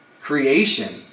Creation